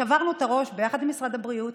שברנו את הראש ביחד עם משרד הבריאות,